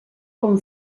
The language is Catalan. com